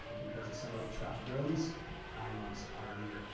because of some other traffic or at least nine months out of the year.